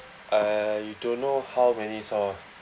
I don't know how many saw